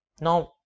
Now